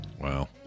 Wow